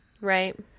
right